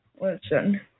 Listen